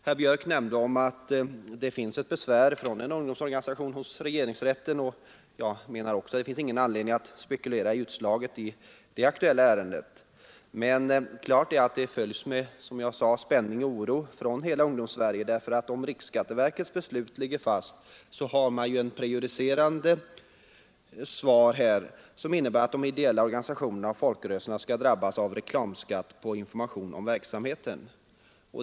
Herr Björk i Gävle nämnde att det ligger ett besvärsärende från en ungdomsorganisation hos regeringsrätten. Även jag menar att det inte finns någon anledning att spekulera över utslaget i det aktuella ärendet, men klart är att det, följs med spänning och oro inom hela Ungdomssverige. Om riksskatteverkets beslut ligger fast, har man nämligen ett prejudicerande utslag som innebär att de ideella organisationerna och folkrörelserna drabbas av reklamskatt på information om den egna verksamheten.